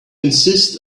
insist